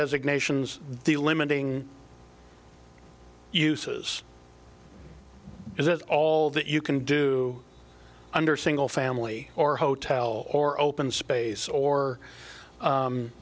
designations delimiting uses is that all that you can do under single family or hotel or open space or